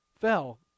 fell